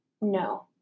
No